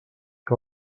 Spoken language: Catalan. que